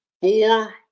Four